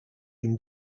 been